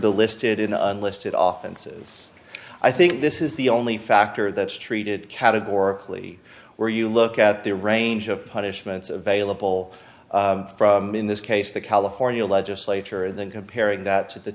the listed in unlisted often says i think this is the only factor that's treated categorically where you look at the range of punishments available in this case the california legislature and then comparing that t